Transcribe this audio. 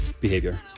behavior